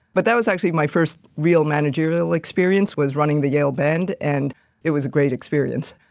but that was actually my first real managerial experience was running the yale band and it was a great experience.